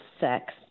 sex